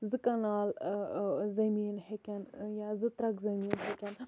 زٕ کَنال زمیٖن ہیٚکَن یا زٕ ترکھ زمیٖن ہیٚکن